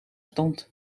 stond